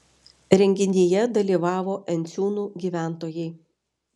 renginyje dalyvavo enciūnų gyventojai